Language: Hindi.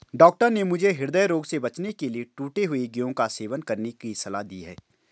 डॉक्टर ने मुझे हृदय रोग से बचने के लिए टूटे हुए गेहूं का सेवन करने की सलाह दी है